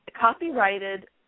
copyrighted